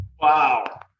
Wow